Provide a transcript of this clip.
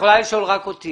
וולקני.